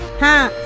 her.